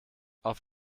auf